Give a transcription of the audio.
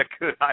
good